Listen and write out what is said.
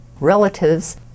relatives